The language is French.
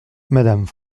madame